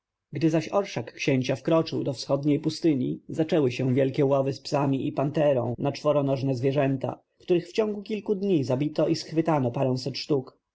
zaś orszak księcia wkroczył do wschodniej pustyni zaczęły się wielkie łowy z psami i panterą na czworonożne zwierzęta których w ciągu kilku dni zabito i schwytano paręset sztuk